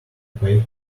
pay